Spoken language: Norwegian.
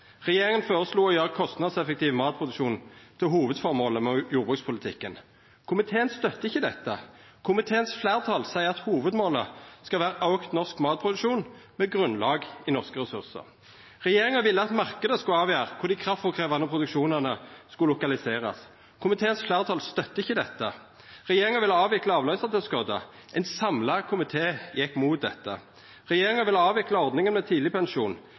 Regjeringa føreslo å gjera kostnadseffektiv matproduksjon til hovudføremålet med jordbrukspolitikken. Komiteen støttar ikkje dette. Komiteens fleirtal seier at hovudmålet skal vera auka norsk matproduksjon med grunnlag i norske ressursar. Regjeringa ville at marknaden skulle avgjera kvar dei kraftfôrkrevjande produksjonane skal lokaliserast. Komiteens fleirtal støttar ikkje dette. Regjeringa ville avvikla avløysartilskotet. Ein samla komité gjekk imot dette. Regjeringa ville avvikla ordninga med